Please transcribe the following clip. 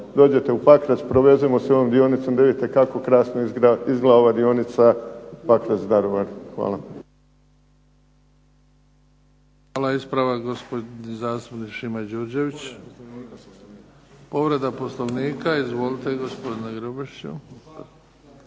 dođete u Pakrac, provezemo se ovom dionicom, da vidite kako krasno izgleda ova dionica Pakrac-Daruvar. Hvala. **Bebić, Luka (HDZ)** Hvala. Ispravak gospodin zastupnik Šime ĐUrđević. Povreda poslovnika izvolite gospodin Grubišić.